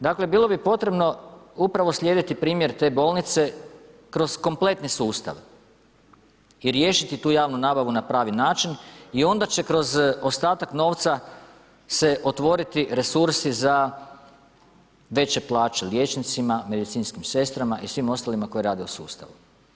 Dakle, bilo bi potrebno upravo slijediti primjer te bolnice, kroz kompletni sustav i riješiti tu javnu nabavu na pravi način i onda će kroz ostatak novca se otvoriti resursi za veće plaće liječnicima, medicinskim sestrama i svim ostalima koji rade u sustavu.